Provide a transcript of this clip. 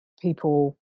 people